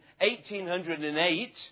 1808